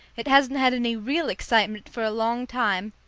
it hasn't had any real excitement for a long time,